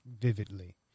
vividly